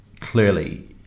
clearly